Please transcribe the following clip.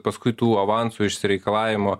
paskui tų avansų išsireikalavimo